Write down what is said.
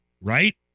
right